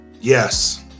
yes